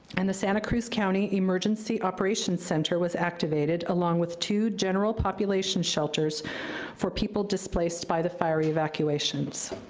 and the santa cruz county emergency operations center was activated, along with two general population shelters for people displaced by the fire evacuations.